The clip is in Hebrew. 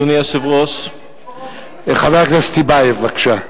אדוני היושב-ראש, חבר הכנסת טיבייב, בבקשה.